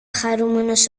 χαρούμενος